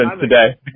today